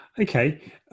okay